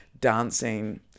dancing